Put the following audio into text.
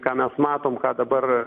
ką mes matom ką dabar